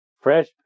Fresh